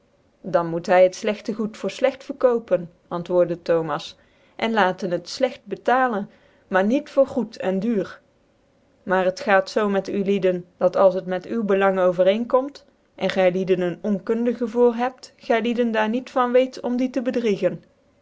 dan moeft hv het hcgtc goed voor liegt verkopen antwoorde thomas en baten het flcgt bctialcn maar niet voor goed en duur maar het gaat zoo met ulieden dat als het met u belang overeenkomt en gylieden een onkundige voor hebt gylieden daar niet van weet om dien tc bedriegen